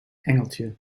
engeltje